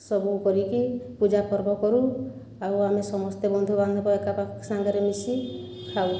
ସବୁ କରିକି ପୂଜା ପର୍ବ କରୁ ଆଉ ଆମେ ସମସ୍ତେ ବନ୍ଧୁ ବାନ୍ଧବ ଏକା ସାଙ୍ଗରେ ମିଶି ଖାଉ